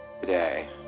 today